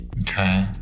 Okay